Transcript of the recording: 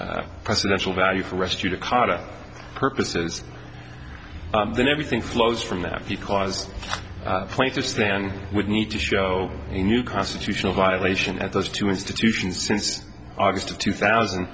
presidential value for rescue to carter purposes then everything flows from that because plaintiffs then would need to show a new constitutional violation at those two institutions since august of two thousand